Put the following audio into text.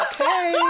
Okay